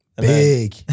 Big